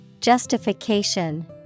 Justification